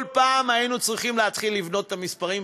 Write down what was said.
כל פעם היינו צריכים להתחיל לבנות את המספרים.